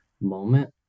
moment